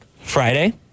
Friday